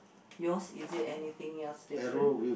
yours is it anything else different